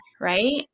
right